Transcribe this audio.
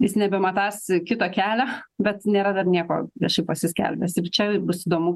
jis nebematąs kito kelio bet nėra dar nieko viešai pasiskelbęs ir čia bus įdomu